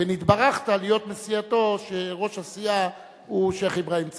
ונתברכת להיות מסיעתו של ראש הסיעה שיח' אברהים צרצור.